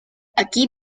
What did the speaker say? aquí